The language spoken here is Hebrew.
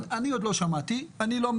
אני אומר לך שכבר שמענו.